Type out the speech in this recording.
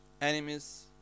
enemies